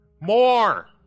more